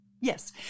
yes